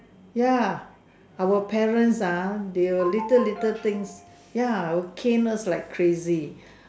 ya our parents ah they will little little thing ya will cane us like crazy